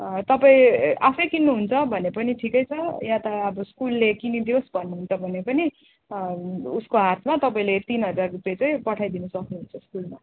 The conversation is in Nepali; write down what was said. तपाईँ आफै किन्नुहुन्छ भने पनि ठिकै छ या त अब स्कुलले किनिदियोस् भन्नुहुन्छ भने पनि उसको हातमा तपाईँले तिन हजार रुपियाँ चाहिँ पठाइदिन सक्नुहुन्छ स्कुलमा